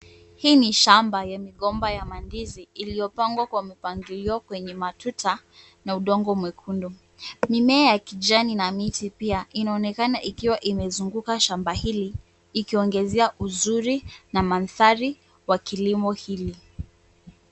Hii ni shamba ya migomba ya mandizi iliyopangwa kwa mpangilio kwenye matuta na udongo mwekundu. Mimea ya kijani na miti pia inaonekana ikiwa imezunguka shamba hili ikiongezea uzuri na mandhari wa kilimo hili.